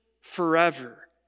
forever